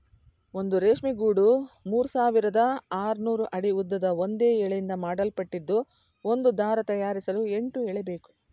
ಒಂದು ರೇಷ್ಮೆ ಗೂಡು ಮೂರ್ಸಾವಿರದ ಆರ್ನೂರು ಅಡಿ ಉದ್ದದ ಒಂದೇ ಎಳೆಯಿಂದ ಮಾಡಲ್ಪಟ್ಟಿದ್ದು ಒಂದು ದಾರ ತಯಾರಿಸಲು ಎಂಟು ಎಳೆಬೇಕು